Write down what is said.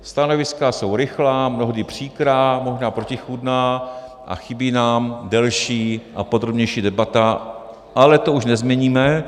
Stanoviska jsou rychlá, mnohdy příkrá, možná protichůdná a chybí nám delší a podrobnější debata, ale to už nezměníme.